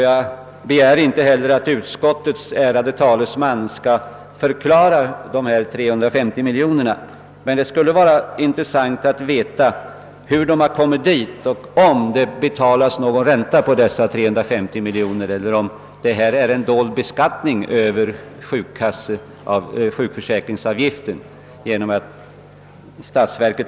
Jag begär inte heller att utskottets ärade talesman skall förklara de 350 miljo nerna, men det skulle vara intressant att veta hur de kommit att placeras där och om det betalas någon ränta på dessa pengar eller om detta är en dold beskattning via sjukförsäkringsavgiften.